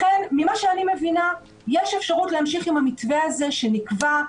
ממה שאני מבינה יש אפשרות להמשיך עם המתווה הזה שנקבע,